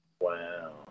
Wow